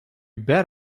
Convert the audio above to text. bet